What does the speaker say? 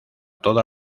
toda